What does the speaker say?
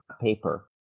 paper